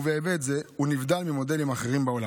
ובהיבט זה הוא נבדל ממודלים אחרים בעולם.